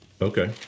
Okay